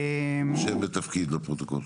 שם ותפקיד, לפרוטוקול.